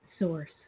Source